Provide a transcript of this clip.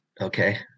Okay